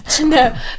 No